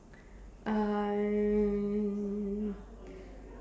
um